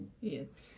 Yes